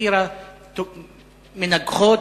סאטירה מנגחות,